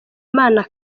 imana